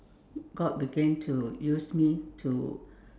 God began to use me to